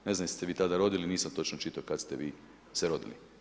Ne znam jeste li se vi tada rodili, nisam točno čitao kad ste vi se rodili.